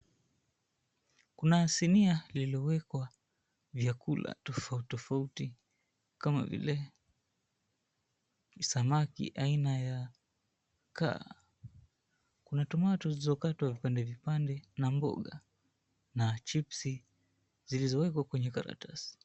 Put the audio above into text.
Kuna sinia lililowekwa vyakula tofauti tofauti, kama vile samaki aina ya kaa. Kuna tomato zilizo katwa vipande vipande, na chipsi zilizowekwa kwenye karatasi.